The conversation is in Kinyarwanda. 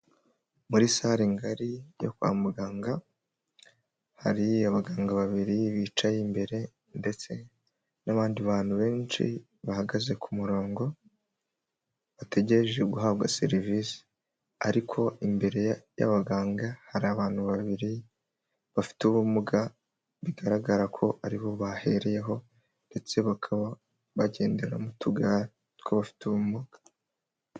Muri sare ngari yo kwa muganga hari abaganga babiri bicaye imbere ndetse n'abandi bantu benshi bahagaze ku murongo bategereje guhabwa serivisi ariko imbere y'abaganga hari abantu babiri bafite ubumuga bigaragara ko ari bo bahereyeho ndetse bakaba bagendera mu tugare tw'abafite ubumuga.